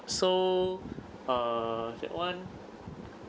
so err that [one]